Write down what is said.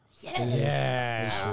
Yes